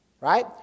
right